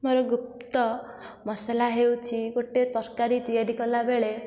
ମୋର ଗୁପ୍ତ ମସଲା ହେଉଛି ଗୋଟିଏ ତରକାରୀ ତିଆରି କଲାବେଳେ